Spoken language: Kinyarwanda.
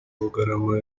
bugarama